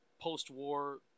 post-war